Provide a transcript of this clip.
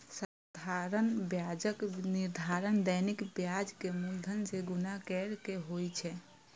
साधारण ब्याजक निर्धारण दैनिक ब्याज कें मूलधन सं गुणा कैर के होइ छै